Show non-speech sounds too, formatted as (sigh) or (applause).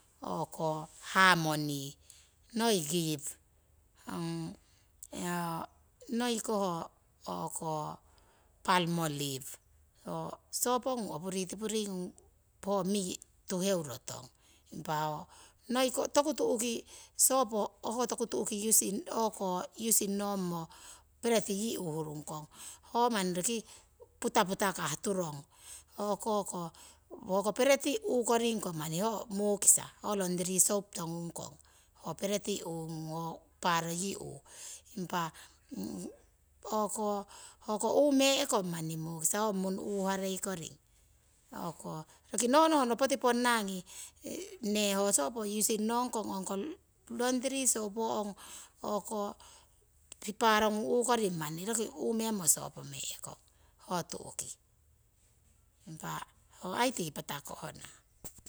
Hoko harmoni, noi give, (hesitation) noi ko ho o'ko palmolive, ho sopongung opuritipuringung ho mii tuheuro tong. Impa ho noiko toku tu'ki hook toku tu'ku using o'ko using ngommo pereti yii uuhungkong, ho manni roki putaputakahngung turong. O'ko ko hoko pereti uu koring manni ho. mukisa, ho laundry soap tongungkong ho pereti uungung paaro yi uu. Impa hoko uume'kong manni mukisa ho munu uuhareikoring, o'ko roki no nohno poti ponnangi nee ho sopo iusing ngong kong. Ongko laundry soap o'ko paarongung uukoring manni roki uumemmo sopomee'kong, ho tu'ki impa ho aii tii patakohna.